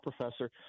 professor